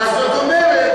אז זאת אומרת,